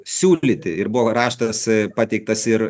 siūlyti ir buvo raštas pateiktas ir